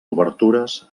obertures